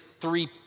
three